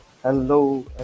Hello